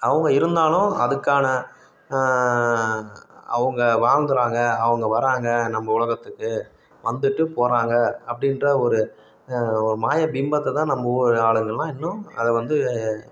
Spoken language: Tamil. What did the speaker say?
அவங்க இருந்தாலும் அதுக்கான அவங்க வாழ்ந்துறாங்க அவங்க வராங்க நம்ம உலகத்துக்கு வந்துட்டு போகிறாங்க அப்படின்ற ஒரு ஒரு மாய பிம்பத்தைதான் நம்ம ஊர் ஆளுங்கள்லாம் இன்னும் அதை வந்து